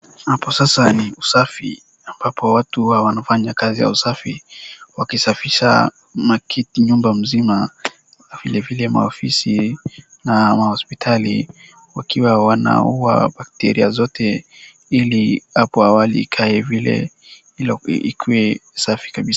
Hapo sasas ni usafi ambapo watu huwa wanfanya kazi ya usafi wakisafisha nyumba mzima vilevile maofisi na mahospitali wakiwa wanauwa bacteria zote ili hapo awali ikae vile ikuwe safi kabisa.